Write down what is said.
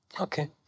Okay